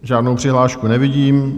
Žádnou přihlášku nevidím.